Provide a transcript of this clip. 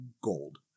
gold